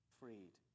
freed